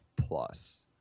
plus